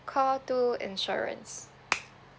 call two insurance